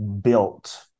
built